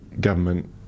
government